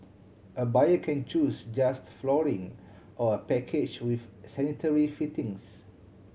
a buyer can choose just flooring or a package with sanitary fittings